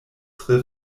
tre